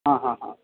ആ ആ ഹാ